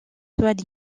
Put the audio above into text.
soient